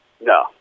No